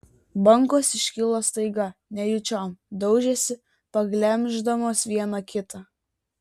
bangos iškilo staiga nejučiom daužėsi paglemždamos viena kitą